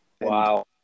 Wow